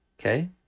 okay